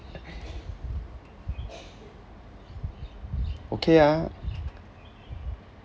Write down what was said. okay ah